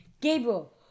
Gabriel